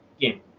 game